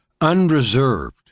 unreserved